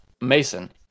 Mason